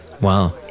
Wow